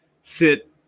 sit